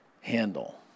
handle